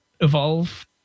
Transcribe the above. evolve